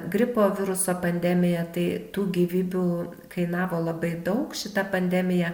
gripo viruso pandemiją tai tų gyvybių kainavo labai daug šita pandemija